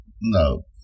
No